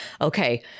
Okay